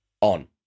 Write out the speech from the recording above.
on